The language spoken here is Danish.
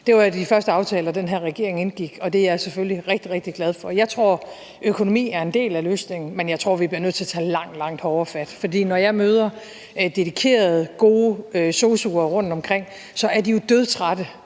Det var de første aftaler, den her regering indgik, og det er jeg selvfølgelig rigtig, rigtig glad for. Jeg tror, at økonomi er en del af løsningen, men jeg tror, at vi bliver nødt til at tage langt, langt hårdere fat. For når jeg møder dedikerede, gode sosu'er rundtomkring, så er de jo dødtrætte